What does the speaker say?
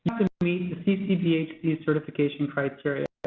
meet the ccbhc certification criteria.